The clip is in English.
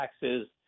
taxes